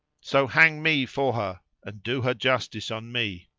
so hang me for her and do her justice on me!